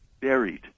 buried